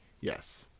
yes